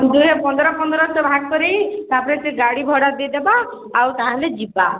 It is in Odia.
ଦୁହେଁ ପନ୍ଦର ପନ୍ଦରଶହ ଭାଗ୍ କରି ତାପରେ ସେ ଗାଡ଼ି ଭଡ଼ା ଦେଇଦେବା ଆଉ ତାହେଲେ ଯିବା